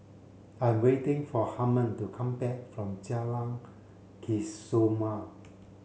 I'm waiting for Harmon to come back from Jalan Kesoma